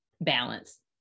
balance